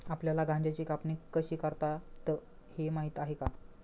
आपल्याला गांजाची कापणी कशी करतात हे माहीत आहे का?